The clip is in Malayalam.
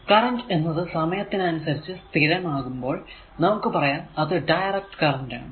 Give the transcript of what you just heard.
കറന്റ് എന്നത് സമയത്തിനനുസരിച്ചു സ്ഥിരമാകുമ്പോൾ നമുക്ക് പറയാം അത് ഡയറക്ട് കറന്റ് ആണ്